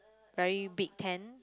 very big tent